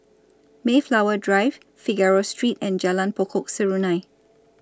Mayflower Drive Figaro Street and Jalan Pokok Serunai